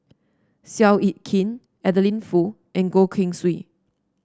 Seow Yit Kin Adeline Foo and Goh Keng Swee